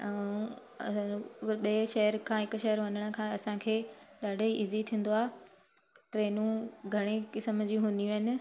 ऐं ॿिए शहर खां हिकु शहर वञण खां असांखे ॾाढा ई इज़ी थींदो आहे ट्रेनूं घणी क़िसम जी हूंदियूं आहिनि